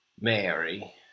Mary